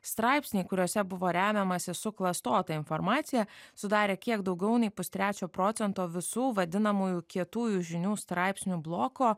straipsniai kuriuose buvo remiamasi suklastota informacija sudarė kiek daugiau nei pustrečio procento visų vadinamųjų kietųjų žinių straipsnių bloko